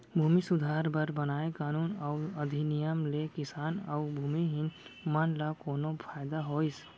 भूमि सुधार बर बनाए कानून अउ अधिनियम ले किसान अउ भूमिहीन मन ल कोनो फायदा होइस?